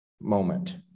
moment